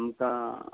आमकां